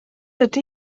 ydy